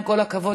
עם כל הכבוד,